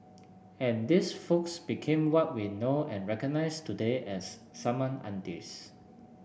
and these folks became what we know and recognise today as summon aunties